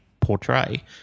portray